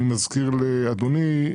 אני מזכיר לאדוני,